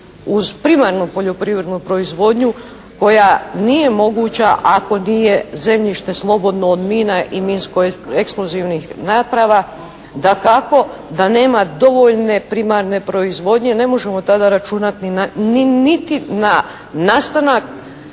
Uz primarnu poljoprivrednu proizvodnju koja nije moguća ako nije zemljište slobodno od mina i minsko-eksplozivnih naprava, dakako da nema dovoljne primarne proizvodnje. Ne možemo tada računati, niti na nastanak